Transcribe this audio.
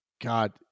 God